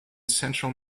central